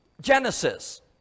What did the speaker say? Genesis